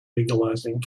legalizing